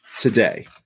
today